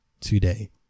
today